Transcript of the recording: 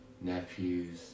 nephews